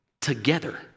together